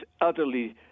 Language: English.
utterly